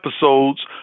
episodes